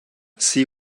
see